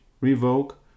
revoke